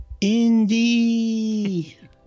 Indeed